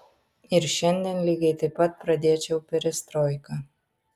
ir šiandien lygiai taip pat pradėčiau perestroiką